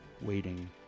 waiting